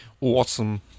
Awesome